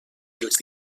dels